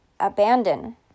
abandon